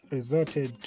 resorted